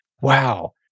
wow